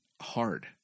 hard